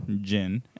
gin